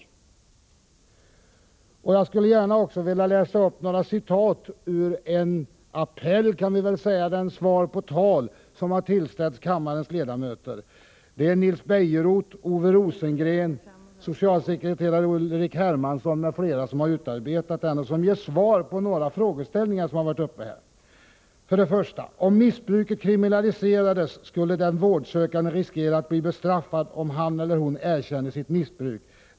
Jag skulle också gärna vilja anföra några citat ur en appell, kan vi väl kalla det, som har tillställts kammarens ledamöter. I inledningen står det ”Här ger vi svar på tal!”. Det är Nils Bejerot, Ove Rosengren, socialsekreterare Ulrich Hermansson m.fl. som har utarbetat appellen. Den ger svar på några frågor som har varit uppe: ”Om missbruket kriminaliserades skulle den vårdsökande riskera att bli bestraffad om han eller hon erkände sitt missbruk.